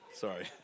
sorry